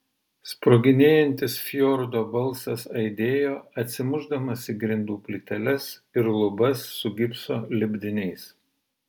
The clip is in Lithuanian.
sproginėjantis fjordo balsas aidėjo atsimušdamas į grindų plyteles ir lubas su gipso lipdiniais